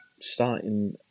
starting